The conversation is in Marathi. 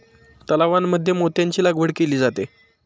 तलावांमध्ये मोत्यांची लागवड केली जाते